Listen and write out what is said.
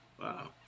Wow